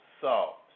salt